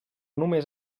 només